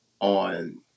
on